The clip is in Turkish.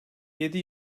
yedi